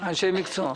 אנשי מקצוע.